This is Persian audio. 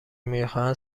میخواهند